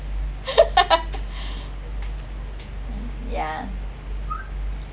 yeah